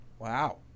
Wow